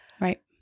Right